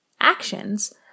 actions